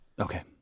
Okay